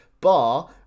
bar